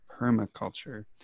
permaculture